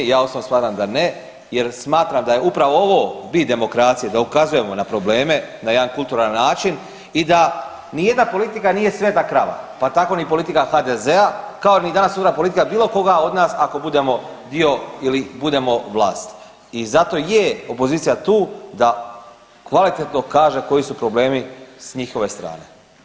Ja osobno smatram da ne jer smatram da je upravo ovo bit demokracije, da ukazujemo na probleme na jedan kulturan način i da nijedna politika nije sveta krava, pa tako ni politika HDZ-a, kao ni danas-sutra politika bilo koga od nas ako budemo dio ili budemo vlast i zato je opozicija tu da kvalitetno kaže koji su problemi s njihove strane.